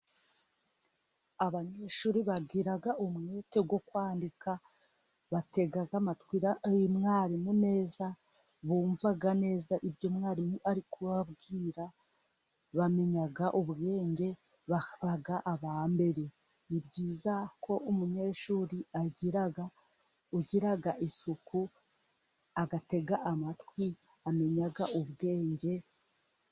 Abanyeshuri bagira umwete wo kwandika, batega amatwi uyu mwarimu neza, bumva neza ibyo mwarimu ari kubabwira, bamenya ubwenge baba aba mbere. Ni byiza ko umunyeshuri ugira isuku agatega amatwi amenya ubwenge.